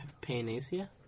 Panacea